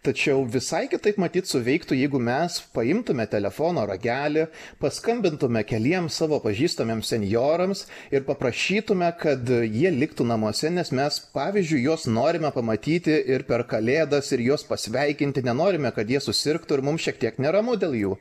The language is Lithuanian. tačiau visai kitaip matyt suveiktų jeigu mes paimtume telefono ragelį paskambintume keliems savo pažįstamiems senjorams ir paprašytume kad jie liktų namuose nes mes pavyzdžiui juos norime pamatyti ir per kalėdas ir juos pasveikinti nenorime kad jie susirgtų ir mums šiek tiek neramu dėl jų